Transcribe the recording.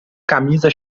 camisa